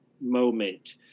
moment